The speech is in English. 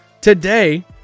Today